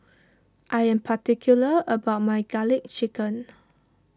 I am particular about my Garlic Chicken